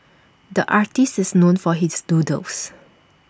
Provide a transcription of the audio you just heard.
the artist is known for his doodles